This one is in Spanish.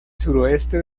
suroeste